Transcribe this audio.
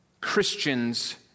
Christians